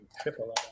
Triple